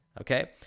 okay